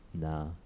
Nah